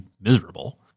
miserable